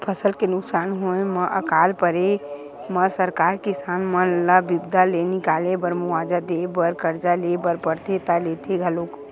फसल के नुकसान होय म अकाल परे म सरकार किसान मन ल बिपदा ले निकाले बर मुवाजा देय बर करजा ले बर परथे त लेथे घलोक